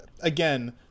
Again